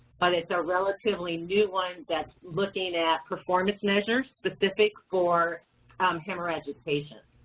but it's a relatively new one that's looking at performance measures, specific for hemorrhagic patients.